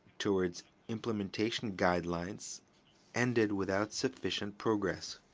towards implementation guidelines ended without sufficient progress.